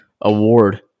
award